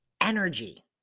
energy